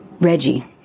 Reggie